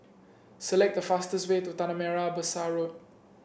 select the fastest way to Tanah Merah Besar Road